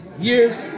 Years